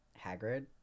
hagrid